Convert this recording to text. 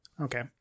Okay